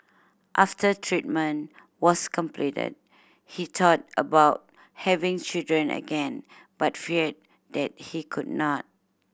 after treatment was completed he thought about having children again but feared that he could not